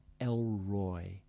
Elroy